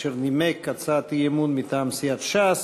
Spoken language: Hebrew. אשר נימק הצעת אי-אמון מטעם סיעת ש"ס.